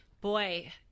Boy